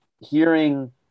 hearing